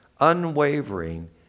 unwavering